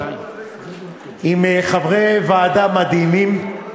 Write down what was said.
עם חברי ועדה מדהימים,